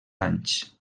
anys